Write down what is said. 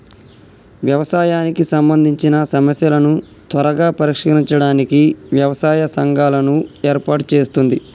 వ్యవసాయానికి సంబందిచిన సమస్యలను త్వరగా పరిష్కరించడానికి వ్యవసాయ సంఘాలను ఏర్పాటు చేస్తుంది